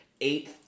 eight